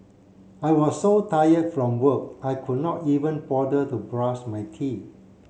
I was so tired from work I could not even bother to brush my teeth